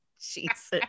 Jesus